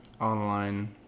online